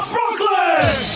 Brooklyn